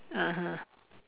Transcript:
(uh huh)